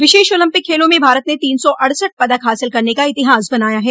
विशेष Olympic खेलों में भारत ने तीन सौ अड़सठ पदक हासिल करने का इतिहास बनाया है